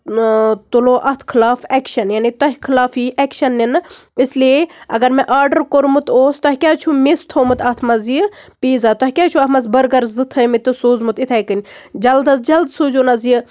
تُلَو اَتھ خلاف ایٚکشَن یعنے تۄہہِ خلاف یِیہِ ایٚکشَن نِنہٕ اس لیے اگر مےٚ آرڈَر کوٚرمُت اوس تۄہہِ کیٛازِ چھُو مِس تھومُت اَتھ منٛز یہِ پیٖزا تۄہہِ کیٛازِ چھُو اَتھ منٛز بٔرگَر زٕ تھٲیِمٕتۍ تہِ سوٗزٕمُت اِتھٕے کَنہِ جلد آز جلد سوٗزِوُن حظ یہِ